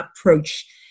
approach